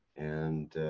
and.